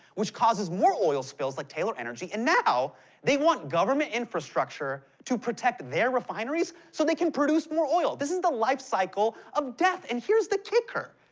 which causes more oil spills like taylor energy, and now they want government infrastructure to protect their refineries so they can produce more oil. this is the life cycle of death. and here's the kicker.